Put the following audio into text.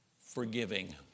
forgiving